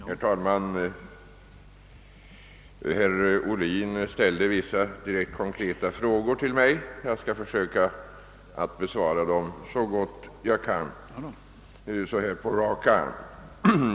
Herr talman! Herr Ohlin ställde vissa konkreta frågor till mig, och jag skall besvara dem så gott jag kan på rak arm.